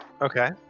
Okay